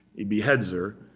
he beheads her.